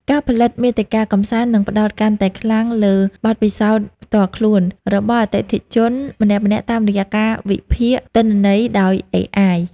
ការផលិតមាតិកាកម្សាន្តនឹងផ្តោតកាន់តែខ្លាំងលើ "បទពិសោធន៍ផ្ទាល់ខ្លួន" របស់អតិថិជនម្នាក់ៗតាមរយៈការវិភាគទិន្នន័យដោយ AI។